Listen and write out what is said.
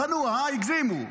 הגזימו?